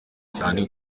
cyane